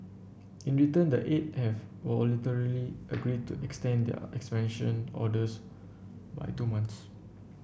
in return the eight have voluntarily agreed to extend their expansion orders by two months